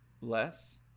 Less